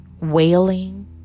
wailing